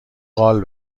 قال